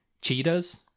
Cheetahs